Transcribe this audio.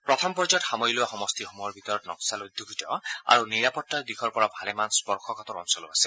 প্ৰথম পৰ্যায়ত সামৰি লোৱা সমষ্টিসমূহৰ ভিতৰত নক্সাল অধ্যযিত আৰু নিৰাপত্তাৰ দিশৰ পৰা ভালেমান স্পৰ্শকাতৰ অঞ্চলো আছে